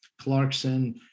Clarkson